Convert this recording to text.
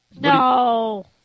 No